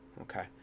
okay